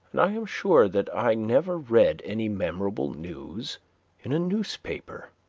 and i am sure that i never read any memorable news in a newspaper.